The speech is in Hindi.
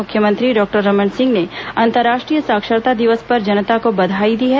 मुख्यमंत्री डॉक्टर रमन सिंह ने अंतर्राष्ट्रीय साक्षरता दिवस पर जनता को बधाई दी हैं